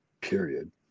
period